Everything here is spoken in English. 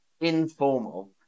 informal